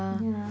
yeah